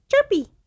Chirpy